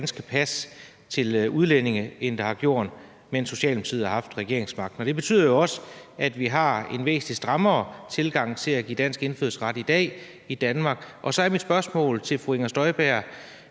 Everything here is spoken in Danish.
danske pas til udlændinge, end der er blevet, mens Socialdemokratiet har haft regeringsmagten. Det betyder jo også, at vi har en væsentlig strammere tilgang til at give dansk indfødsret i dag i Danmark. Så er mit spørgsmål til fru Inger Støjberg: